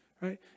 right